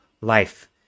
life